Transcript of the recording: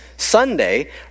Sunday